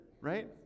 right